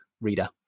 reader